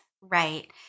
right